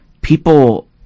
people